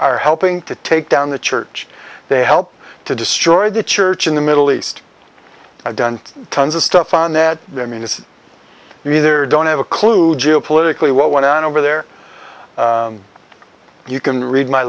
are helping to take down the church they helped to destroy the church in the middle east i've done tons of stuff on that i mean this is you either don't have a clue geopolitically what went on over there you can read my